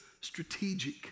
strategic